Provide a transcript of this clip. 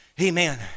amen